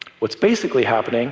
what's basically happening